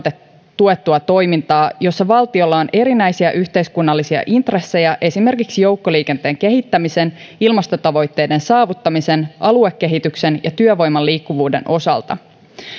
tuettua toimintaa jossa valtiolla on erinäisiä yhteiskunnallisia intressejä esimerkiksi joukkoliikenteen kehittämisen ilmastotavoitteiden saavuttamisen aluekehityksen ja työvoiman liikkuvuuden osalta